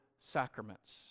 sacraments